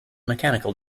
mechanical